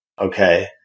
Okay